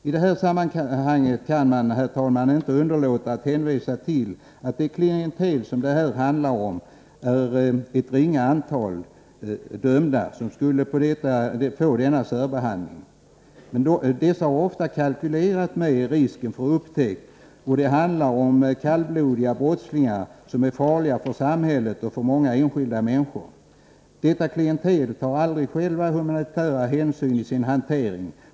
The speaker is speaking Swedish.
I det här sammanhanget kan man, herr talman, inte underlåta att hänvisa till att det här handlar om ett ringa antal dömda, som skulle få denna särbehandling. Detta klientel har ofta kalkylerat med risken för upptäckt. Det handlar om kallblodiga brottslingar som är farliga för samhället och för många enskilda människor. Dessa brottslingar tar aldrig själva humanitära hänsyn i sin hantering.